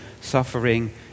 suffering